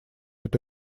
эту